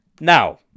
Now